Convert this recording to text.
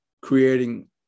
creating